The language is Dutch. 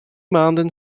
maanden